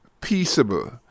peaceable